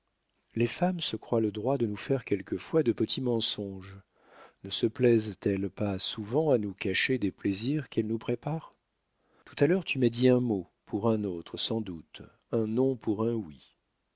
les femmes se croient le droit de nous faire quelquefois de petits mensonges ne se plaisent elles pas souvent à nous cacher des plaisirs qu'elles nous préparent tout à l'heure tu m'as dit un mot pour un autre sans doute un non pour un oui